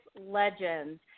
legends